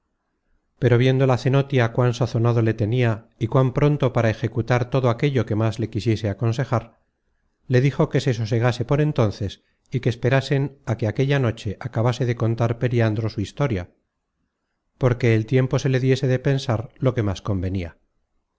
pero viendo la cenotia cuán sazonado le tenia y cuán pronto para ejecutar todo aquello que más le quisiese aconsejar le dijo que se sosegase por entonces y que esperasen á que aquella noche acabase de contar periandro su historia porque el tiempo se le diese de pensar lo que más convenia